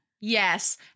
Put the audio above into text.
Yes